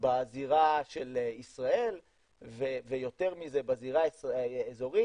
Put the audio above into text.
בזירה של ישראל ויותר מזה בזירה האזורית,